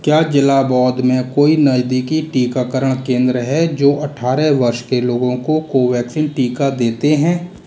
क्या ज़िला बौध में कोई नज़दीकी टीकाकरण केंद्र है जो अठारह वर्ष के लोगों को कोवैक्सीन टीका देते हैं